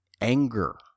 anger